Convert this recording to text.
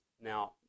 Now